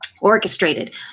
orchestrated